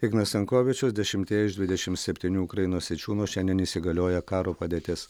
ignas stankovičius dešimtyje iš dvidešimt septynių ukrainos sričių nuo šiandien įsigalioja karo padėtis